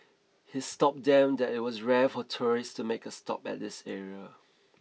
his told them that it was rare for tourists to make a stop at this area